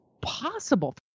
possible